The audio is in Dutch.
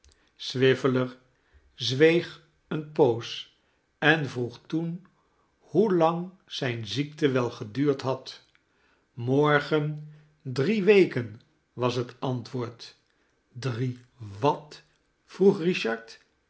swiveller zweeg eene poos en vroeg toen hoelang zijne ziekte wel geduurd had morgen drie weken was het antwoord drie wat vroeg richard